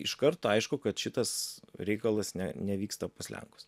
iš karto aišku kad šitas reikalas ne nevyksta pas lenkus